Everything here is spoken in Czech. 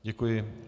Děkuji.